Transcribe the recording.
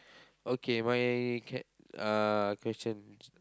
okay my que~ uh question